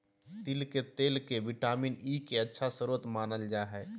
तिल के तेल के विटामिन ई के अच्छा स्रोत मानल जा हइ